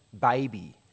baby